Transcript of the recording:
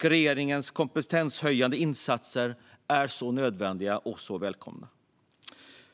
Regeringens kompetenshöjande insatser är mycket nödvändiga och välkomna.